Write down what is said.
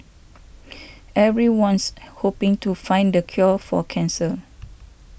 everyone's hoping to find the cure for cancer